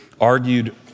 argued